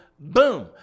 Boom